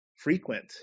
frequent